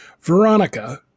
Veronica